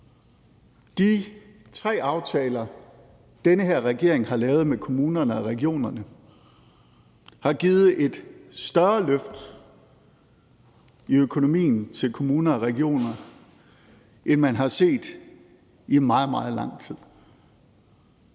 De tre aftaler, som den her regering har lavet med kommunerne og regionerne, har givet et større løft i økonomien til kommuner og regioner, end man har set i meget, meget lang tid.